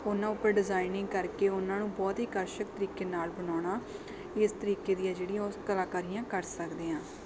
ਉਹਨਾਂ ਉੱਪਰ ਡਿਜ਼ਾਇਨਿੰਗ ਕਰਕੇ ਉਹਨਾਂ ਨੂੰ ਬਹੁਤ ਹੀ ਅਕਰਸ਼ਕ ਤਰੀਕੇ ਨਾਲ ਬਣਾਉਣਾ ਇਸ ਤਰੀਕੇ ਦੀਆਂ ਜਿਹੜੀਆਂ ਉਹ ਕਲਾਕਾਰੀਆਂ ਕਰ ਸਕਦੇ ਹਾਂ